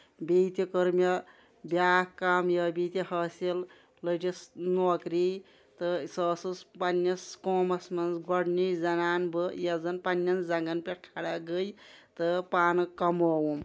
بیٚیہِ تہِ کٔر مےٚ بیاکھ کامیٲبی تہِ حٲصِل لٔجس نوکری تہٕ سُہ ٲسٕس پَنٕنِس قومَس منٛز گۄڈٕنِچ زَنان بہٕ یۄس زَن پَنٕںٮ۪ن زنٛگن پٮ۪ٹھ کھڑا گٔیے تہٕ پانہٕ کَمووُم